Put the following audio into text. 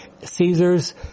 Caesars